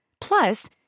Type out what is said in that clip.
Plus